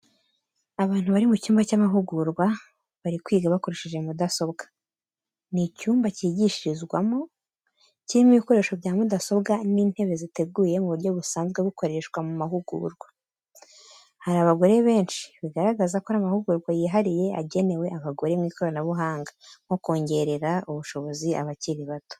Abantu bari mu cyumba cy'amahugurwa, bari kwiga bakoresheje mudasobwa. Ni icyumba cyigishirizwamo, kirimo ibikoresho bya mudasobwa n’intebe ziteguye mu buryo busanzwe bukoreshwa mu mahugurwa. Hari abagore benshi bigaragaza ko ari amahugurwa yihariye agenewe abagore mu ikoranabuhanga, nko kongerera ubushobozi abakiri bato